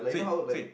sweet sweet